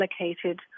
allocated